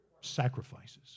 Sacrifices